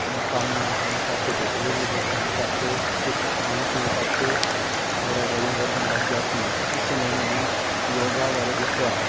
ਕੰਮ ਨਾ ਹੋਣ ਕਰਕੇ ਘਰੇ ਵੇਹਲੇ ਬੈਠੇ ਹੋਣ ਕਰਕੇ ਕਿਸੇ ਖਾਣ ਪੀਣ ਕਰਕੇ ਮੇਰਾ ਵਜਨ ਵਧਣ ਲੱਗ ਗਿਆ ਸੀ ਕਿਸੇ ਨੇ ਮੈਨੂੰ ਯੋਗਾ ਬਾਰੇ ਦੱਸਿਆ